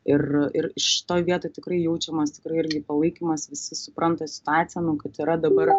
ir ir šitoj vietoj tikrai jaučiamas tikrai irgi palaikymas visi supranta situaciją nu kad yra dabar